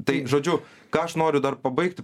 tai žodžiu ką aš noriu dar pabaigt